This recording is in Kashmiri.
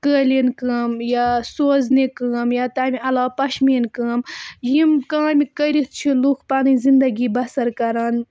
قٲلیٖن کٲم یا سوزنہِ کٲم یا تَمہِ علاوٕ پشمیٖن کٲم یِم کامہِ کٔرِتھ چھِ لُکھ پَنٕنۍ زندگی بسر کَران